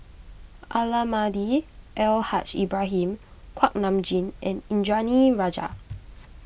Almahdi Al Haj Ibrahim Kuak Nam Jin and Indranee Rajah